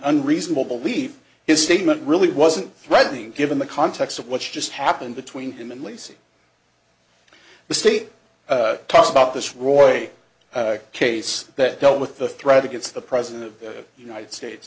unreasonable believe his statement really wasn't threatening given the context of what's just happened between him and lacy the state talks about this roy case that dealt with the threat against the president of the united states